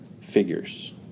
figures